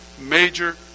major